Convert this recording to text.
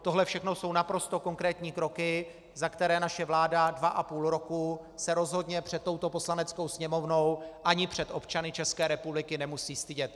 Tohle všechno jsou naprosto konkrétní kroky, za které naše vláda dva a půl roku se rozhodně před touto Poslaneckou sněmovnou ani před občany České republiky nemusí stydět.